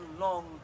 long